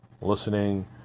listening